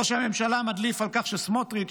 ראש הממשלה מדליף שסמוטריץ'